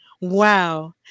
WOW